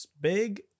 big